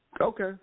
Okay